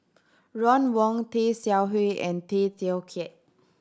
Ron Wong Tay Seow Huah and Tay Teow Kiat